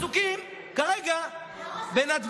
הם עסוקים כרגע בנתב"ג.